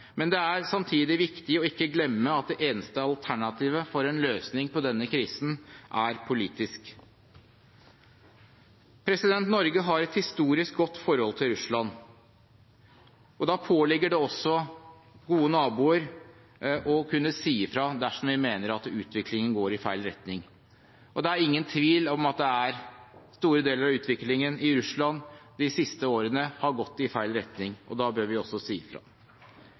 men det er samtidig viktig ikke å glemme at det eneste alternativet for en løsning på denne krisen er politisk. Norge har et historisk godt forhold til Russland, og da påligger det også gode naboer å kunne si fra dersom vi mener at utviklingen går i feil retning. Det er ingen tvil om at store deler av utviklingen i Russland de siste årene har gått i feil retning, og da bør vi også si fra.